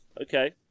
okay